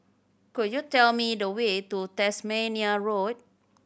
could you tell me the way to Tasmania Road